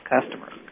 customers